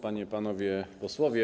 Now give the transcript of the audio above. Panie i Panowie Posłowie!